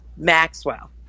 Maxwell